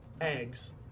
eggs